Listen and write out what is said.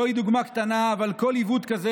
זוהי דוגמה קטנה אבל כל עיוות כזה,